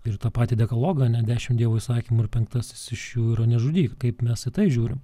ir tą patį dekalogą ane dešimt dievo įsakymų ir penktasis iš jų ir nežudyk kaip mes žiūrim